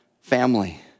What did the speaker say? family